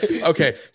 Okay